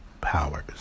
Powers